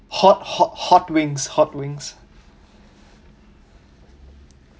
hot hot hot wings hot wings